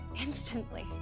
instantly